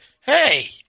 hey